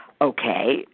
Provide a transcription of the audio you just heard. okay